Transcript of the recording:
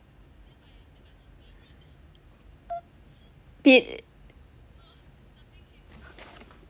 did